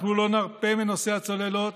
אנחנו לא נרפה מנושא הצוללות.